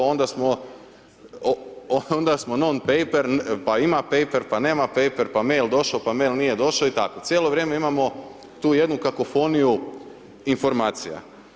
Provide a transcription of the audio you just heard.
Onda smo none paper, pa ima paper, pa nema paper, pa mail došao, pa mail nije došao i tako, cijelo vrijeme imamo tu jednu kakofoniju informacija.